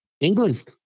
England